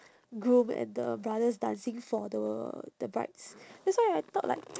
groom and the brothers dancing for the the brides that's why I thought like